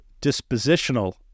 dispositional